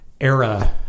era